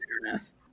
bitterness